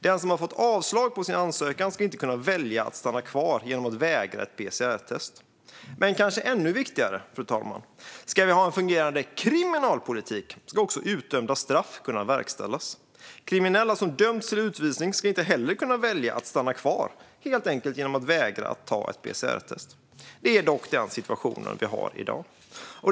Den som fått avslag på sin ansökan ska inte kunna välja att stanna kvar genom att vägra ta ett PCR-test. Kanske ännu viktigare, fru talman: Ska vi ha en fungerande kriminalpolitik, då ska utdömda straff också kunna verkställas. Kriminella som döms till utvisning ska inte heller kunna välja att stanna kvar genom att helt enkelt vägra ta ett PCR-test. Det är dock den situation vi har i dag.